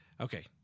Okay